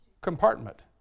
compartment